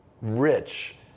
rich